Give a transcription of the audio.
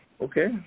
Okay